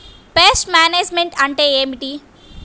Pest management అంటే ఏమిటి?